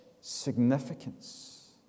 significance